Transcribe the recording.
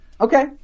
okay